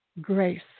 grace